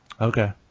Okay